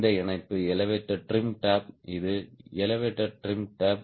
இந்த இணைப்பு elevator trim tape இது எலெவடோர் டிரிம் டேப்